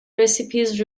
recipes